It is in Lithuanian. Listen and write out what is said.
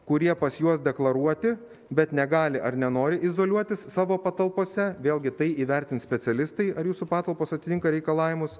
kurie pas juos deklaruoti bet negali ar nenori izoliuotis savo patalpose vėlgi tai įvertins specialistai ar jūsų patalpos atitinka reikalavimus